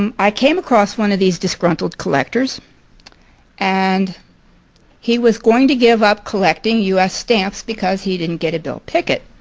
um i came across one of these disgruntled collectors and he was going to give up collecting u s. stamps because he didn't get a bill picket.